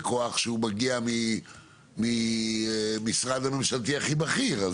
זה כוח שמגיע מהמשרד הממשלתי הכי בכיר.